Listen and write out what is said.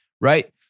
right